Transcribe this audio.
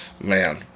man